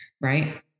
Right